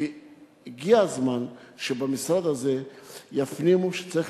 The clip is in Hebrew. כי הגיע הזמן שבמשרד הזה יפנימו שצריך